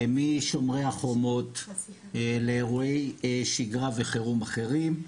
משומרי החומות לאירועי שגרה וחירום אחרים.